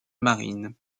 marine